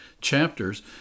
chapters